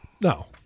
No